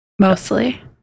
Mostly